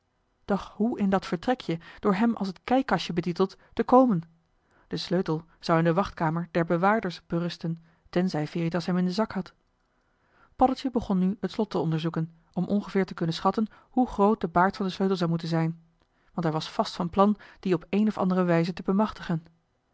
doch hoe in dat vertrekje door hem als het kijkkastje betiteld te komen de sleutel zou in de wachtkamer der bewaarders berusten tenzij veritas hem in den zak had paddeltje begon nu het slot te onderzoeken om ongeveer te kunnen schatten hoe groot de baard van joh h been paddeltje de scheepsjongen van michiel de ruijter den sleutel zou moeten zijn want hij was vast van plan dien op de een of andere wijze te bemachtigen